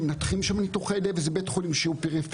שמנתחים שם ניתוחי לב וזה בית חולים שהוא פריפריאלי